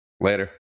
Later